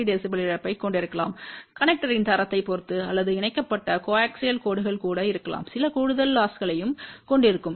3 dB இழப்பைக் கொண்டிருக்கலாம் கனெக்டர்ரின் தரத்தைப் பொறுத்து அல்லது இணைக்கப்பட்ட கோஆக்சியல் கோடுகள் கூட இருக்கலாம் சில கூடுதல் லொஸ்களையும் கொண்டிருக்கும்